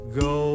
go